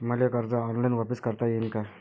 मले कर्ज ऑनलाईन वापिस करता येईन का?